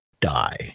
die